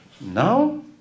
Now